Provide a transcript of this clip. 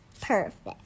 perfect